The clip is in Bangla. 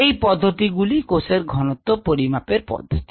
এই পদ্ধতি গুলি কোষের ঘনত্ব পরিমাপের পদ্ধতি